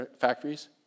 factories